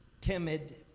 timid